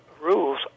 Rules